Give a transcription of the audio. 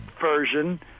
version